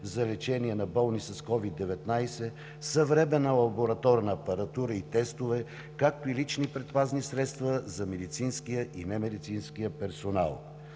за лечение на болни с COVID-19, съвременна лабораторна апаратура и тестове, както и лични предпазни средства за медицинския и немедицинския персонал.